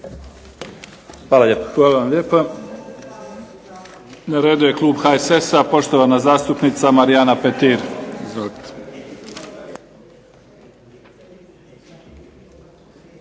Hvala vam lijepa. Na redu je klub HSS-a, poštovana zastupnica Marijana Petir.